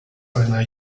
einer